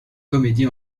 comédie